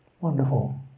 wonderful